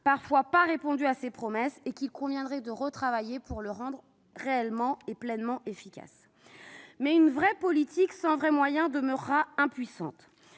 d'ailleurs pas tenu ses promesses et qu'il conviendrait de retravailler pour le rendre réellement et pleinement efficace. Mais une vraie politique sans vrais moyens demeurera impuissante.